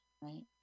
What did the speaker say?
right